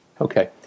Okay